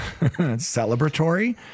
celebratory